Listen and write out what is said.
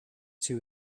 two